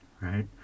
right